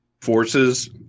forces